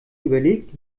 überlegt